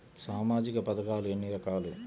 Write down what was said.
సామాజిక పథకాలు ఎన్ని రకాలు?